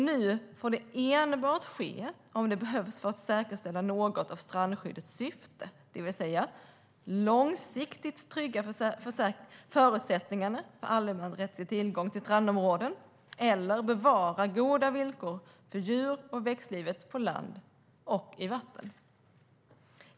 Nu får det enbart ske om det behövs för att säkerställa något av strandskyddets syften, det vill säga att långsiktigt trygga förutsättningarna för allemansrättslig tillgång till strandområden eller bevara goda livsvillkor för djur och växtlivet på land och i vatten.